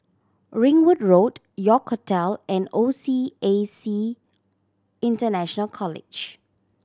Ringwood Road York Hotel and O C A C International College